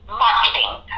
marketing